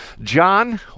john